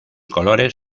colores